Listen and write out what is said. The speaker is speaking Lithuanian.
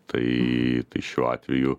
tai tai šiuo atveju